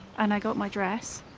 and i got my dress,